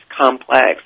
complex